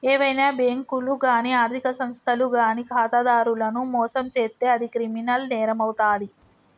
ఏవైనా బ్యేంకులు గానీ ఆర్ధిక సంస్థలు గానీ ఖాతాదారులను మోసం చేత్తే అది క్రిమినల్ నేరమవుతాది